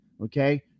Okay